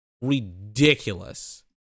ridiculous